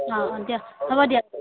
অঁ অঁ দিয়া হ'ব দিয়া